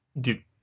Dude